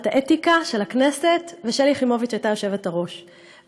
האתיקה של הכנסת ושלי יחימוביץ הייתה היושבת-ראש.